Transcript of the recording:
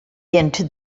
into